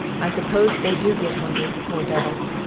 i suppose they do get hungry, poor devils.